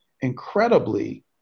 incredibly